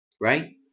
Right